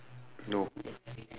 no